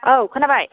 औ खोनाबाय